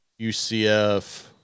UCF